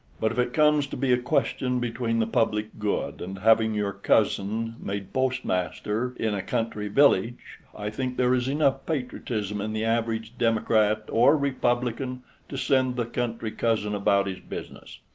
but if it comes to be a question between the public good and having your cousin made postmaster in a country village, i think there is enough patriotism in the average democrat or republican to send the country cousin about his business.